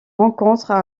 rencontrent